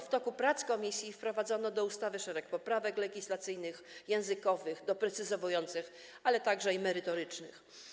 W toku prac komisji wprowadzono do ustawy szereg poprawek legislacyjnych, językowych, doprecyzowujących, ale także merytorycznych.